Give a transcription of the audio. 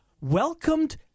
welcomed